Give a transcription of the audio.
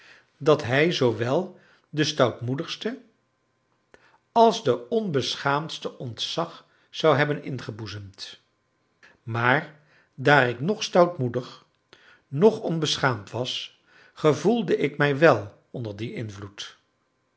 dat hij zoowel den stoutmoedigste als den onbeschaamdste ontzag zou hebben ingeboezemd maar daar ik noch stoutmoedig noch onbeschaamd was gevoelde ik mij wel onder dien invloed